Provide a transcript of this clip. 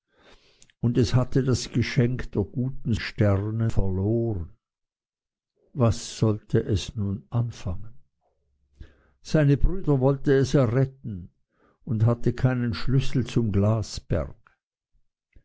und es hatte das geschenk der guten sterne verloren was sollte es nun anfangen seine brüder wollte es erretten und hatte keinen schlüssel zum